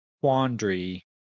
quandary